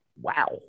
Wow